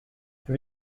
have